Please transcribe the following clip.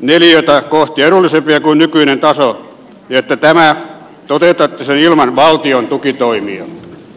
neliötä kohti edullisempia kuin nykyinen taso ja että tämä toteutettaisiin ilman valtion tukitoimia